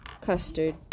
custard